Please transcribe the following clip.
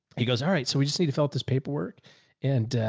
he goes, all right. so we just need to fill out this paperwork and, ah,